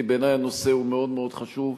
כי בעיני הנושא הוא מאוד מאוד חשוב: